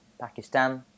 Pakistan